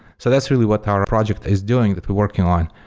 so that's really what our project is doing that we're working on.